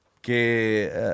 que